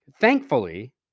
Thankfully